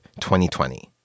2020